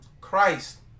Christ